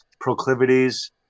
proclivities